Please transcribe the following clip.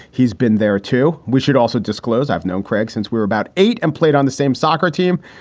he's been there, too. we should also disclose i've known creg since we were about eight and played on the same soccer team.